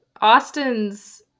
Austin's